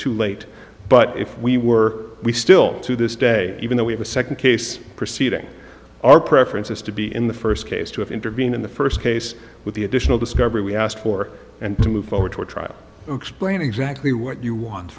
too late but if we were we still to this day even though we have a second case proceeding our preference is to be in the first case to intervene in the first case with the additional discovery we asked for and to move forward to a trial explain exactly what you want